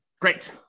Great